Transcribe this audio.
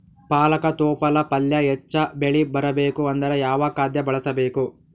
ಪಾಲಕ ತೊಪಲ ಪಲ್ಯ ಹೆಚ್ಚ ಬೆಳಿ ಬರಬೇಕು ಅಂದರ ಯಾವ ಖಾದ್ಯ ಬಳಸಬೇಕು?